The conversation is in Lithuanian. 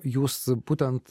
jūs būtent